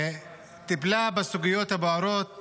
וטיפלה בסוגיות הבוערות